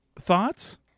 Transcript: Thoughts